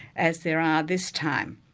as there are this time.